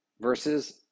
versus